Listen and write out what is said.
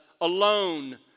alone